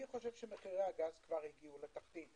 אני חושב שמחירי הגז הגיעו לתחתית.